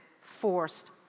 forced